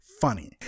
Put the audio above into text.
funny